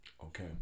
Okay